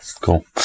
cool